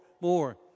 more